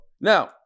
Now